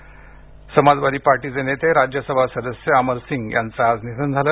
निधन समाजवादी पार्टीचे नेते राज्यसभा सदस्य अमर सिंग यांचं आज निधन झालं